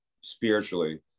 spiritually